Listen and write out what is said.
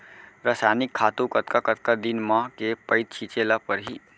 रसायनिक खातू कतका कतका दिन म, के पइत छिंचे ल परहि?